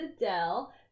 Adele